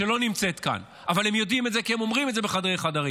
שלא נמצאת כאן אבל הם יודעים את זה כי הם אומרים זה בחדרי חדרים: